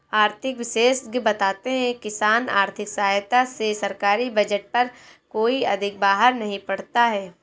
आर्थिक विशेषज्ञ बताते हैं किसान आर्थिक सहायता से सरकारी बजट पर कोई अधिक बाहर नहीं पड़ता है